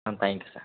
ah thank you sir